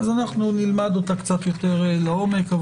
נלמד אותה קצת יותר לעומק,